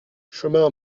chemin